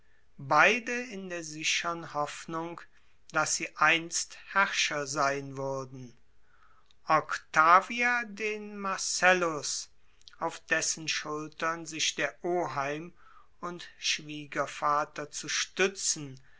beide in der sichern hoffnung daß sie einst herrscher sein würden octavia den marcellus auf dessen schultern sich der oheim und schwiegervater zu stützen